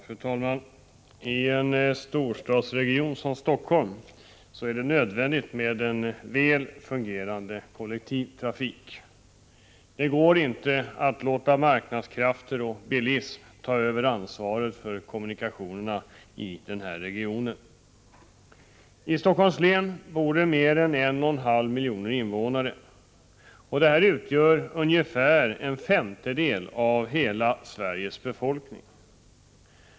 Fru talman! I en storstadsregion som Stockholm är det nödvändigt med en väl fungerande kollektiv trafik. Det går inte att låta marknadskrafter och bilism ta över ansvaret för kommunikationerna i den här regionen. I Stockholms län bor mer än 1,5 miljoner invånare. De utgör ungefär en femtedel av hela Sveriges befolkning.